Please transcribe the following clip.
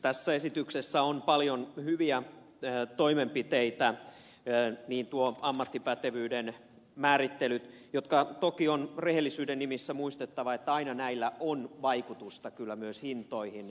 tässä esityksessä on paljon hyviä toimenpiteitä kuten tuo ammattipätevyyden määrittely ja toki on rehellisyyden nimissä muistettava että aina näillä on vaikutusta kyllä myös hintoihin